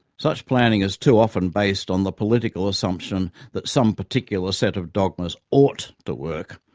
such planning is too often based on the political assumption that some particular set of dogmas ought to work,